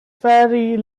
very